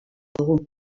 dugu